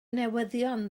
newyddion